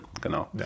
genau